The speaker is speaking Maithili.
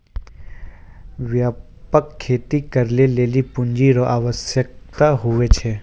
व्यापक खेती करै लेली पूँजी रो आवश्यकता हुवै छै